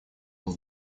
был